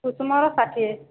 କୁସୁମର ଷାଠିଏ